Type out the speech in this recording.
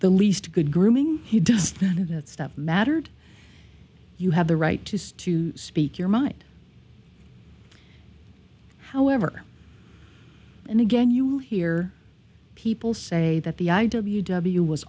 the least good grooming he does that or that stuff mattered you have the right to speak your mind however and again you hear people say that the i w w was